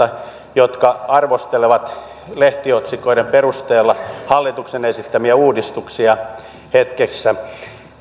jotka arvostelevat lehtiotsikoiden perusteella hallituksen esittämiä uudistuksia hetkessä